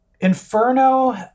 Inferno